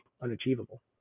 unachievable